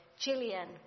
Gillian